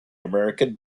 american